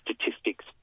statistics